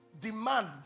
demand